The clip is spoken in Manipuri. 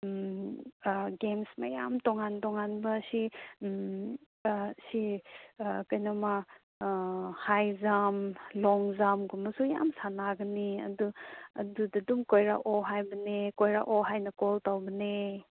ꯒꯦꯝꯁ ꯃꯌꯥꯝ ꯇꯣꯉꯥꯟ ꯇꯣꯉꯥꯟꯕꯁꯤ ꯁꯤ ꯀꯩꯅꯣꯝꯃ ꯍꯥꯏꯖꯝ ꯂꯣꯡꯖꯝꯒꯨꯝꯕꯁꯨ ꯌꯥꯝ ꯁꯥꯟꯅꯒꯅꯤ ꯑꯗꯨ ꯑꯗꯨꯗ ꯑꯗꯨꯝ ꯀꯣꯏꯔꯛꯑꯣ ꯍꯥꯏꯕꯅꯦ ꯀꯣꯏꯔꯛꯑꯣ ꯍꯥꯏꯅ ꯀꯣꯜ ꯇꯧꯕꯅꯦ